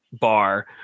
bar